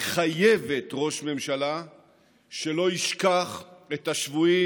היא חייבת ראש ממשלה שלא ישכח את השבויים